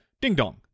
ding-dong